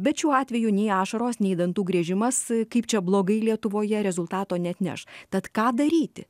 bet šiuo atveju nei ašaros nei dantų griežimas kaip čia blogai lietuvoje rezultato neatneš tad ką daryti